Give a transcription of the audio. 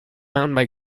mountain